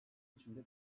içinde